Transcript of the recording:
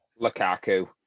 Lukaku